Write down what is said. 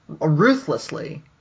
Ruthlessly